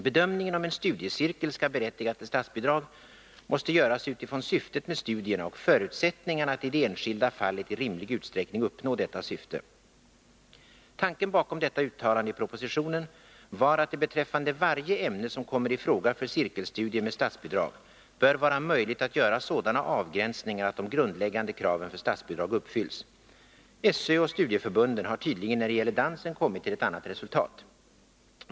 Bedömningen om en studiecirkel skall berättiga till statsbidrag måste göras utifrån syftet med studierna och förutsättningarna att i det enskilda fallet i rimlig utsträckning uppnå detta syfte. Tanken bakom detta uttalande i propositionen var att det beträffande varje ämne som kommer i fråga för cirkelstudier med statsbidrag bör vara möjligt att göra sådana avgränsningar att de grundläggande kraven för statsbidrag uppfylls. SÖ och studieförbunden har tydligen när det gäller dansen kommit till ett annat resultat.